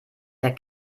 der